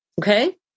Okay